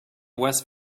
west